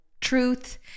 truth